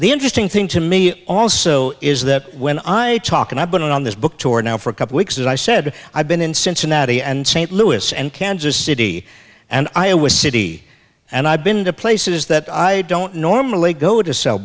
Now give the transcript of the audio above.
the interesting thing to me also is that when i talk and i've been on this book tour now for a couple weeks as i said i've been in cincinnati and st louis and kansas city and iowa city and i've been to places that i don't normally go to sell